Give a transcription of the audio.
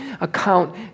account